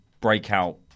breakout